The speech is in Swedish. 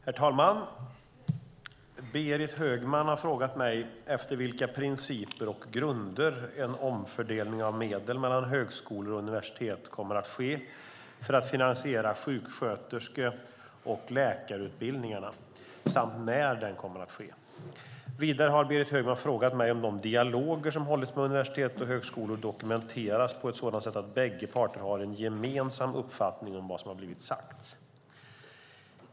Herr talman! Berit Högman har frågat mig efter vilka principer och grunder en omfördelning av medel mellan högskolor och universitet kommer att ske för att finansiera sjuksköterske och läkarutbildningarna samt när den kommer att ske. Vidare har Berit Högman frågat mig om de dialoger som hållits med universitet och högskolor dokumenteras på ett sådant sätt att bägge parter har en gemensam uppfattning om vad som blivit sagt.